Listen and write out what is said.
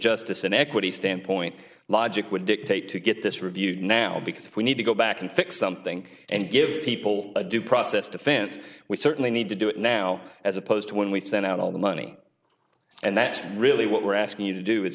justice an equity standpoint logic would dictate to get this reviewed now because if we need to go back and fix something and give people a due process defense we certainly need to do it now as opposed to when we've sent out all the money and that really what we're asking you to do is